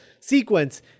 sequence